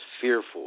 fearful